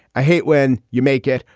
i hate when you make it,